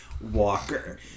Walker